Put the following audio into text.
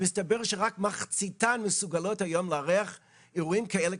מסתבר שרק מחציתן מסוגלות היום לארח אירועים כאלה,